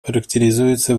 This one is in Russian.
характеризуется